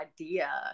idea